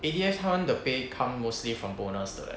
A_D_F 他们的 pay come mostly from bonus 的 leh